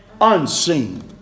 unseen